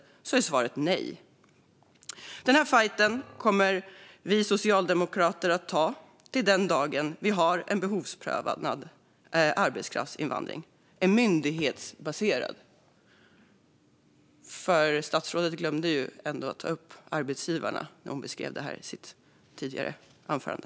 På den är svaret nej. Den fajten kommer vi socialdemokrater att ta till den dagen vi har en behovsprövad arbetskraftsinvandring som är myndighetsbaserad, för statsrådet glömde ju ändå att ta upp arbetsgivarna när hon beskrev det här i sitt tidigare anförande.